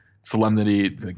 Solemnity